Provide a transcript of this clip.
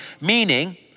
meaning